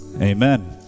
Amen